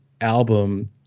album